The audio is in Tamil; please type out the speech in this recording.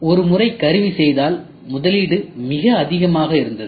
ஒரு முறை கருவி செய்தால் முதலீடு மிக அதிகமாக இருந்தது